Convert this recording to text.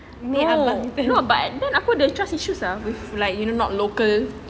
oh but then aku ada trust issue lah with non local